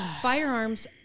firearms